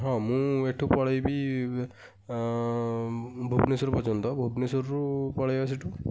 ହଁ ମୁଁ ଏଠୁ ପଳାଇବି ଭୁବେନେଶ୍ୱର ପର୍ଯ୍ୟନ୍ତ ଭୁବେନେଶ୍ୱରରୁ ପଳାଇବା ସେଠୁ